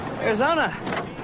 Arizona